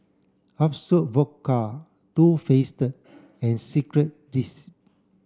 Absolut Vodka Too Faced and Secret Recipe